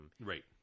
right